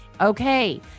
Okay